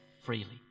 freely